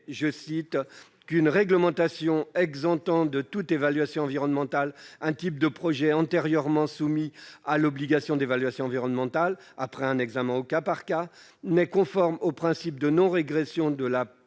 confirmé qu'« une réglementation exemptant de toute évaluation environnementale un type de projets antérieurement soumis à l'obligation d'évaluation environnementale après un examen au cas par cas n'est conforme au principe de non-régression de la